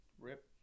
Rip